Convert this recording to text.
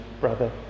brother